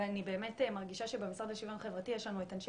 אני מרגישה שבמשרד לשוויון חברתי יש לנו את אנשי